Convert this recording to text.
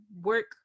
work